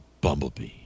bumblebee